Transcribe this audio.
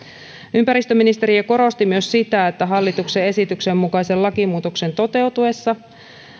ympäristöministeriö korosti myös sitä että hallituksen esityksen mukaisen lakimuutoksen toteutuessa